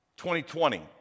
2020